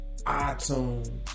iTunes